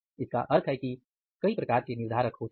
इसका मतलब है कि कई प्रकार के निर्धारक होते हैं